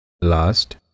Last